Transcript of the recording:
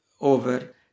over